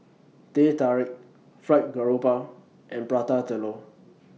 Teh Tarik Fried Garoupa and Prata Telur